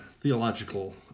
theological